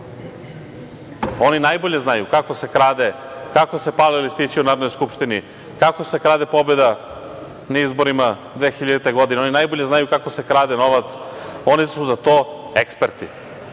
Oni najbolje znaju kako se krade, kako se pale listići u Narodnoj skupštini, kako se krade pobeda na izborima 2000. godine. Oni najbolje znaju kako se krade novac, oni su za to eksperti.